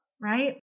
right